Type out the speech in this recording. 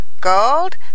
Gold